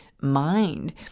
mind